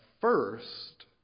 first